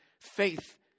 faith